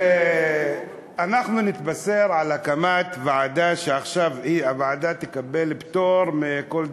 ואנחנו נתבשר על הקמת ועדה שעכשיו תקבל פטור מכל דבר.